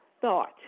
thought